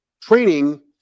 training